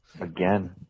again